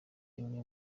imwe